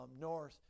North